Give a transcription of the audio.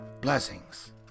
blessings